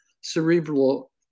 cerebral